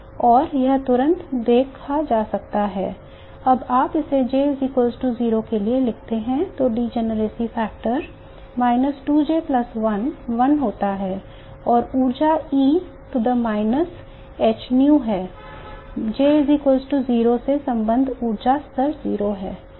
और यह तुरंत देखा जाता है कि जब आप इसे J0 के लिए लिखते हैं तो degeneracy factor - 2 J 1 1 होता है और ऊर्जा e to the minus h nu है J 0 से संबद्ध ऊर्जा स्तर 0 है